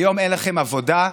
היום אין לכם עבודה,